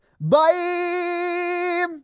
Bye